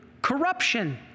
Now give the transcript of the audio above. Corruption